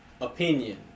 opinion